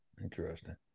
Interesting